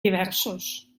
diversos